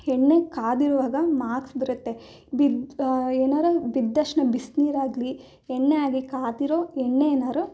ಎಣ್ಣೆ ಕಾದಿರುವಾಗ ಮಾರ್ಕ್ಸ್ ಬರುತ್ತೆ ಬಿದ್ದ ಏನಾದ್ರೂ ಬಿದ್ದಷ್ಣ ಬಿಸಿನೀರಾಗ್ಲಿ ಎಣ್ಣೆ ಆಗಿ ಕಾದಿರೋ ಎಣ್ಣೆ ಏನಾದ್ರು